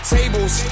Tables